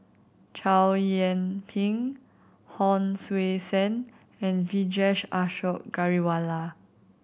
Chow Yian Ping Hon Sui Sen and Vijesh Ashok Ghariwala